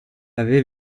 avait